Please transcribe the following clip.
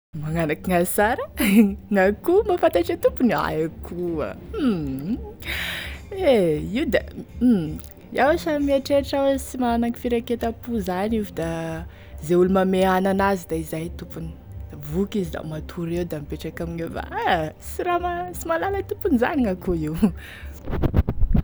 Magnano akognaia sara, gn'akoho mahafantatry e tompony aia koa hum a io da hum iaho sa mieritreritry hoe sy managny firanketampo zany io fa da izay olo manome hany an'azy da izy e tompony da voky izy da matory eo da mipetraky amigneo ah sy ra mahalala e tompony zany gn'akoho io.